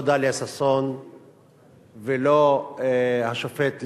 לא טליה ששון ולא השופט לוי,